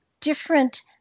different